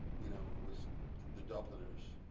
you know it was the dubliners.